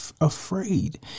afraid